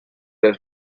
dai